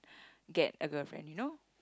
get a girlfriend you know